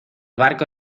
barco